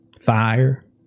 fire